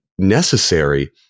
Necessary